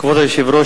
כבוד היושב-ראש,